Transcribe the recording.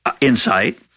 insight